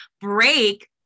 break